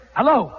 hello